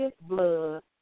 blood